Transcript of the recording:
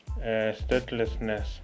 statelessness